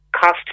cost